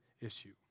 issue